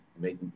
make